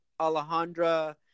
Alejandra